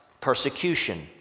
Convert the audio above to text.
persecution